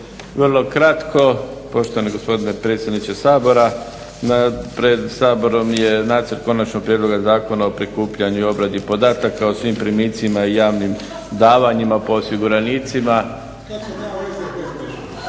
Vrlo kratko, poštovani gospodine predsjedniče Sabora. Pred Saborom je nacrt Konačnog prijedloga Zakona o prikupljanju i obradi podataka o svim primicima i javnim davanjima po osiguranicima.